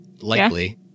Likely